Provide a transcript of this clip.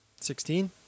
Sixteen